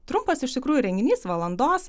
trumpas iš tikrųjų renginys valandos